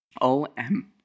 O-M